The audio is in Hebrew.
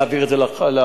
להעביר את זה לפקחים.